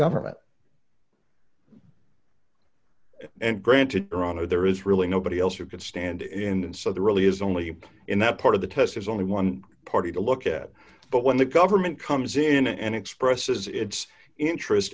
government and granted there is really nobody else you could stand in and so there really is only in that part of the test there's only one party to look at but when the government comes in and expresses its interest